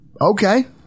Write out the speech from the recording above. Okay